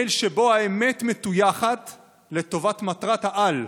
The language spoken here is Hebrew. מייל שבו האמת מטויחת לטובת מטרת-העל: